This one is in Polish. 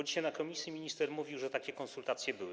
Dzisiaj w komisji minister mówił, że takie konsultacje były.